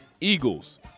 Eagles